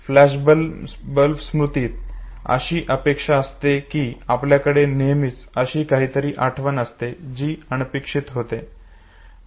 flashbulb स्मृतीत अशी अपेक्षा असते की आपल्याकडे नेहमीच अशी काहीतरी आठवण असते जी अनपेक्षित होती